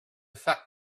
fact